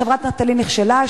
שחברת "נטלי" נכשלה,